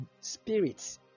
spirits